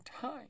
time